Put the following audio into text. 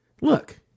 Look